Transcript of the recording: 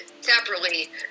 separately